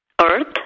earth